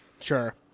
sure